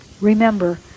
Remember